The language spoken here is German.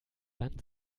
dann